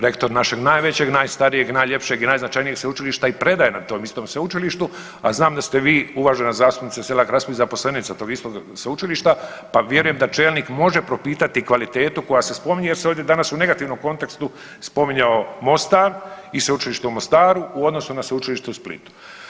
Rektor našeg najveće, najstarijeg, najljepšeg i najznačajnijeg sveučilišta i predaje na tom istom sveučilištu, a znam da ste vi, uvažena zastupnice Selak Raspudić zaposlenica tog istog Sveučilišta, pa vjerujem da čelnik može propitati kvalitetu koja se spominje jer se ovdje danas u negativnom kontekstu spominjao Mostar i Sveučilište u Mostaru u odnosu na Sveučilište u Splitu.